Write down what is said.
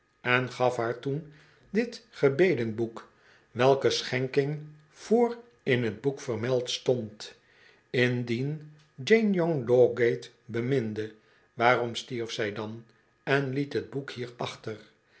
en gaf haar toen dit gebedenboek welke schenking voor in t boek vermeld stond indien jane youngdowgate beminde waarom stierf zij dan en liet t boek hier